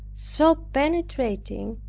so penetrating,